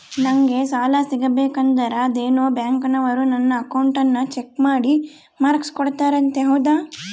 ನಂಗೆ ಸಾಲ ಸಿಗಬೇಕಂದರ ಅದೇನೋ ಬ್ಯಾಂಕನವರು ನನ್ನ ಅಕೌಂಟನ್ನ ಚೆಕ್ ಮಾಡಿ ಮಾರ್ಕ್ಸ್ ಕೊಡ್ತಾರಂತೆ ಹೌದಾ?